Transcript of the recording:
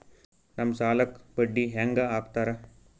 ನಮ್ ಸಾಲಕ್ ಬಡ್ಡಿ ಹ್ಯಾಂಗ ಹಾಕ್ತಾರ?